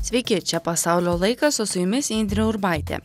sveiki čia pasaulio laikas o su jumis indrė urbaitė